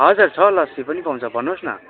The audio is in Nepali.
हजुर छ लस्सी पनि पाउँछ भन्नुहोस् न